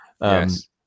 Yes